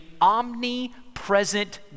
omnipresent